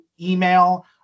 email